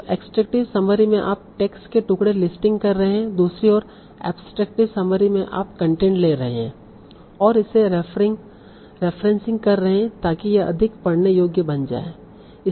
तो extractive summary में आप टेक्स्ट के टुकड़े लिस्टिंग कर रहे हैं दूसरी ओर एब्सट्रैक्टिव समरी में आप कंटेंट ले रहे हैं और इसे रेफ्रेसिंग कर रहे हैं ताकि यह अधिक पढने योग्य बन जाए